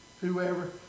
whoever